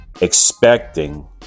expecting